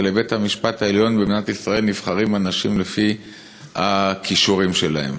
ולבית-המשפט העליון במדינת ישראל נבחרים אנשים לפי הכישורים שלהם.